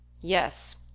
Yes